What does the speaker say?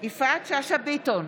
יפעת שאשא ביטון,